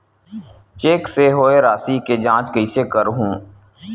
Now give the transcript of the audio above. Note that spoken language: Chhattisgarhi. चेक से होए राशि के जांच कइसे करहु?